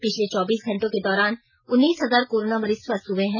पिछले चौबीस घंटों के दौरान उन्नीस हजार कोरोना मरीज स्वस्थ हए हैं